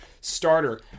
starter